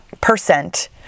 percent